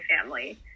family